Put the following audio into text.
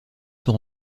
sont